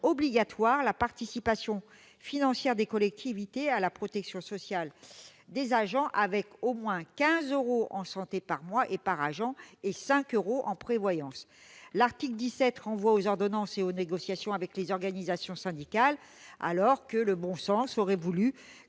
obligatoire de la participation financière des collectivités à la protection sociale des agents, avec au moins 15 euros en santé par mois et par agent et 5 euros en prévoyance. L'article 17 renvoie aux ordonnances et aux négociations avec les organisations syndicales, alors que le bon sens aurait voulu